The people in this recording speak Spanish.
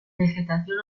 vegetación